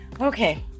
Okay